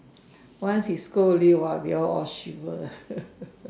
once he scold only !wah! we all all shiver